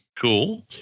cool